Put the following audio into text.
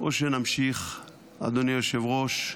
או שנמשיך לצלול, אדוני היושב-ראש.